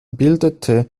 bildete